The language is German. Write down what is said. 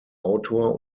autor